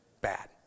Bad